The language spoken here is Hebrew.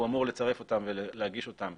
הוא אמור לצרף אותם ולהגיש אותם